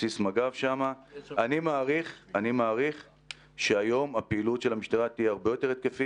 בסופו של דבר הם מנהלים את העיר שלהם ויש להם מכפיל